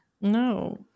No